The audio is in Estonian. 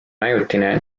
ajutine